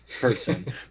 person